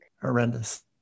Horrendous